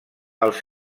els